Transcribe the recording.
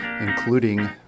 including